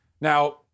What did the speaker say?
Now